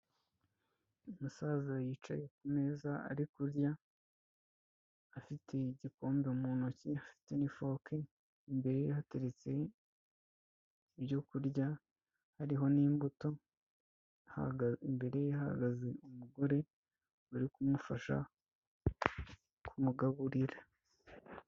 Umusaza yicaye ku meza ari kurya, afite igikombe mu ntoki, afite n'ifoke, imbere hateretse ibyo kurya hariho n'imbuto, imbere ye hahagaze umugore bari kumufasha kumugaburira.